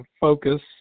focus